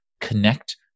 connect